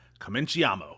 Cominciamo